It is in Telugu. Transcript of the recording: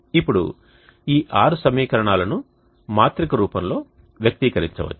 ఇప్పుడు ఈ ఆరు సమీకరణాలను మాత్రిక రూపంలో వ్యక్తీకరించవచ్చు